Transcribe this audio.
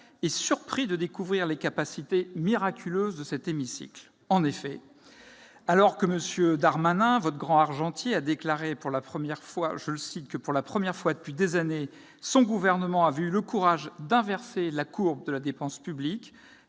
est surpris de découvrir les capacités miraculeuses de cet hémicycle. En effet, alors que M. Darmanin, votre grand argentier, a déclaré que, pour la première fois depuis des années, son gouvernement avait eu le courage « d'inverser la courbe de la dépense publique